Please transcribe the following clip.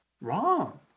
wrong